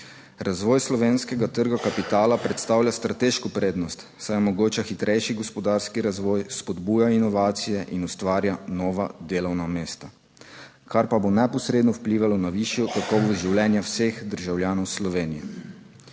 Razvoj slovenskega trga kapitala predstavlja strateško prednost, saj omogoča hitrejši gospodarski razvoj, spodbuja inovacije in ustvarja nova delovna mesta, kar pa bo neposredno vplivalo na višjo kakovost življenja vseh državljanov Slovenije.